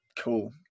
Cool